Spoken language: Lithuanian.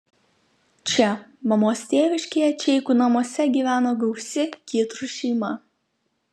čia mamos tėviškėje čeikų namuose gyveno gausi kytrų šeima